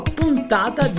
puntata